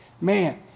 Man